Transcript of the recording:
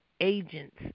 agents